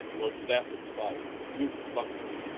lord staffords father, duke of buckingham,